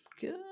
good